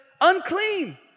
unclean